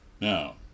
Now